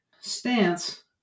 stance